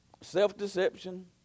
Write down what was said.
Self-deception